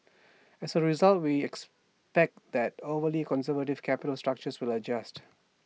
as A result we expect that overly conservative capital structures will adjust